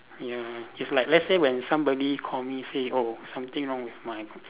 ya it's like let's say when somebody call me say oh something wrong with my